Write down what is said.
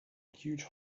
huge